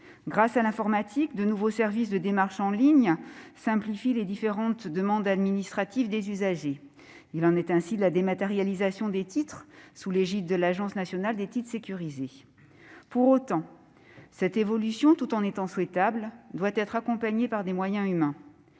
Grâce à l'informatique, de nouveaux services de démarches en ligne simplifient les demandes administratives des usagers. Il en est ainsi de la dématérialisation des titres sous l'égide de l'Agence nationale des titres sécurisés. Cette évolution, quoique souhaitable, doit néanmoins s'assortir de moyens humains.